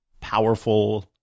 powerful